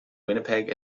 winnipeg